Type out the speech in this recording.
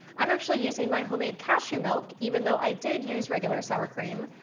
i'm actually using my homemade cashew milk, even though i did use regular sour cream,